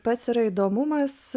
pats yra įdomumas